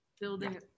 building